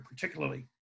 particularly